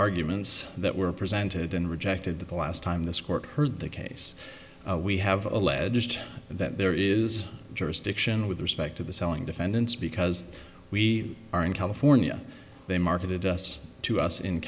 arguments that were presented and rejected the last time this court heard the case we have alleged that there is jurisdiction with respect to the selling defendants because we are in california they marketed us to us in